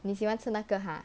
你喜欢吃那个 lah